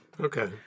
Okay